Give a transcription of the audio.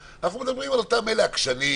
אנחנו מדברים על אותם עקשנים,